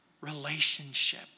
relationship